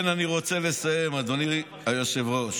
אני רוצה לסיים, אדוני היושב-ראש.